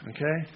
Okay